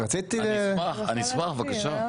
אני אשמח, אני אשמח, בבקשה.